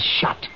shut